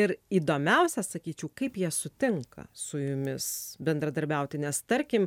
ir įdomiausia sakyčiau kaip jie sutinka su jumis bendradarbiauti nes tarkim